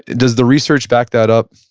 does the research back that up?